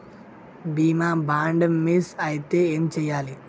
బీమా bond miss అయితే ఏం చేయాలి?